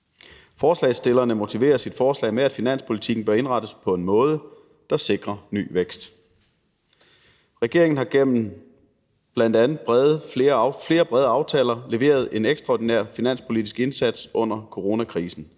Forslagsstillerne motiverer deres forslag med, at finanspolitikken bør indrettes på en måde, der sikrer ny vækst. Regeringen har gennem bl.a. flere brede aftaler leveret en ekstraordinær finanspolitisk indsats under coronakrisen,